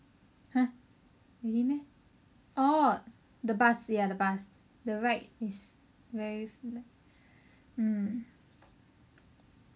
!huh! really meh orh the bus ya the bus the ride is very mm